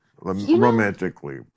Romantically